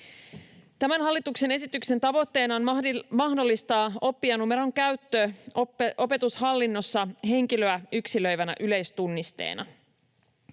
Tämän hallituksen esityksen tavoitteena on mahdollistaa oppijanumeron käyttö opetushallinnossa henkilöä yksilöivänä yleistunnisteena.